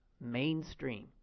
mainstream